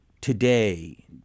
today